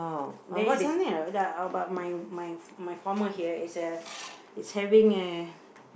there is something I a~ about my my my former here is uh is having a